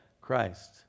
Christ